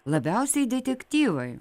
labiausiai detektyvai